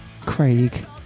Craig